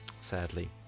sadly